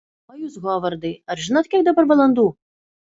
o jūs hovardai ar žinot kiek dabar valandų